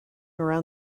around